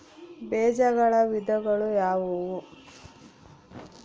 ಬೇಜಗಳ ವಿಧಗಳು ಯಾವುವು?